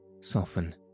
soften